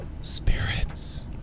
spirits